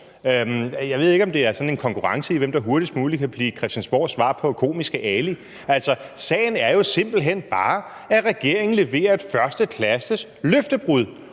Jeg ved ikke, om det er sådan en konkurrence om, hvem der hurtigst muligt kan blive Christiansborgs svar på Komiske Ali. Altså, sagen er simpelt hen bare, at regeringen leverer et førsteklasses løftebrud,